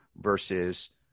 versus